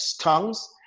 tongues